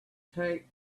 take